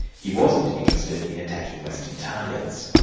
he wasn't interested in attacking western targets.